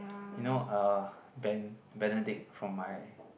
you know uh Ben~ Benedict from my